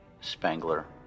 Spangler